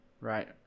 Right